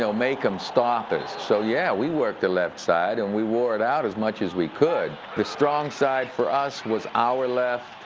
so make them stop us. so, yeah, we worked the left side. and we wore it out as much as we could. the strong side for us was our left,